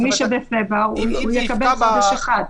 מי שבפברואר יקבל חודש אחד,